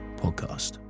Podcast